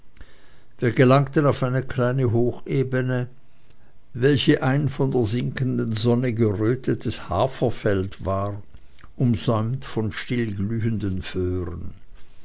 wir gelangten auf eine kleine hochebene welche ein von der sinkenden sonne gerötetes haferfeld war umsäumt von stillglühenden föhren